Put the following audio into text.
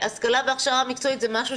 השכלה והכשרה מקצועית זה משהו